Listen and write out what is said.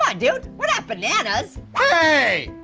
ah dude. we're not bananas. hey,